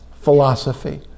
philosophy